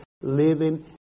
living